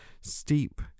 steep